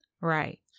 Right